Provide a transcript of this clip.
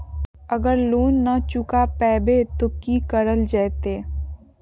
अगर लोन न चुका पैबे तो की करल जयते?